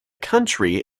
country